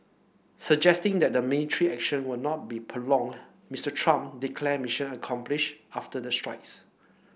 suggesting that the military action would not be prolonged Mister Trump declared mission accomplished after the strikes